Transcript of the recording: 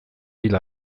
hil